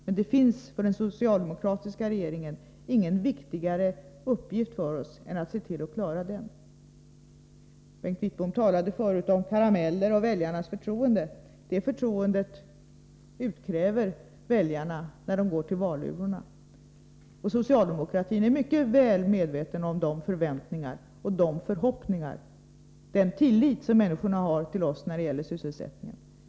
Men det finns för den socialdemokratiska regeringen ingen viktigare uppgift än att se till att klara detta problem. Bengt Wittbom talade förut om karameller och väljarnas förtroende. Det förtroendet utkräver väljarna när de går till valurnorna. Socialdemokratin är väl medveten om väljarnas förväntningar och förhoppningar och den tillit som människorna har till oss när det gäller sysselsättningen.